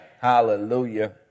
Hallelujah